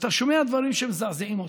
אתה שומע דברים שמזעזעים אותך.